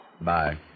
Bye